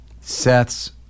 Seth's